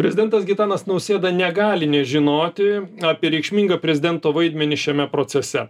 prezidentas gitanas nausėda negali nežinoti apie reikšmingą prezidento vaidmenį šiame procese